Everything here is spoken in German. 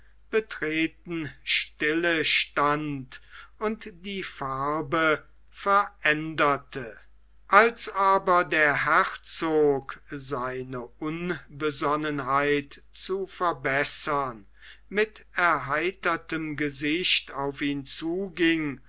betreten stille stand und die farbe veränderte als aber der herzog seine unbesonnenheit zu verbessern mit erheitertem gesicht auf ihn zuging